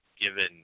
given